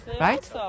right